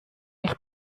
eich